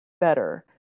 better